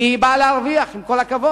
כי היא באה להרוויח, עם כל הכבוד.